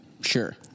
Sure